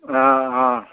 অঁ অঁ